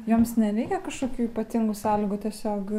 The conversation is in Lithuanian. joms nereikia kažkokių ypatingų sąlygų tiesiog